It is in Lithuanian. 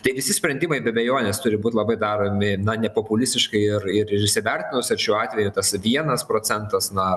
tai visi sprendimai be abejonės turi būt labai daromi na nepopulistiškai ir ir ir įsivertinus ir šiuo atveju tas vienas procentas na